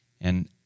And-